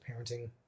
parenting